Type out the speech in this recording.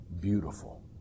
beautiful